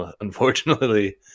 unfortunately